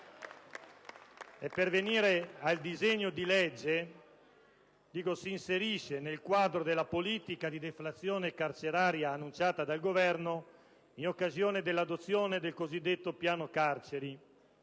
Venendo al disegno di legge, esso si inserisce nel quadro della politica di deflazione carceraria annunciata dal Governo in occasione dell'adozione del cosiddetto piano carceri.